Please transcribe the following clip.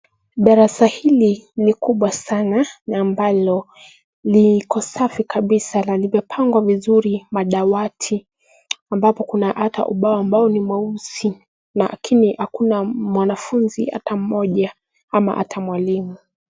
Darasa hili ni kubwa sana na ambalo liko safi kabisa na limepangwa vizuri madawati ambapo kuna ata ubao ambao ni mweusi lakini hakuna mwanafuzi ata mmoja ama ata mwalimu.